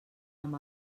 amb